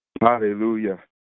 Hallelujah